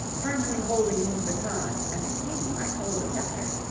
firmly holding his baton as a king might hold a sceptre,